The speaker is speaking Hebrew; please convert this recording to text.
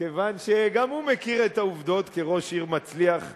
כיוון שגם הוא מכיר את העובדות כראש עיר מצליח לשעבר,